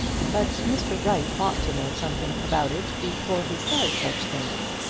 but mr. wright ought to know something about it before he says such things.